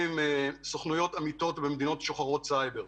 סוכנויות עמיתות במדינות שוחרות סייבר.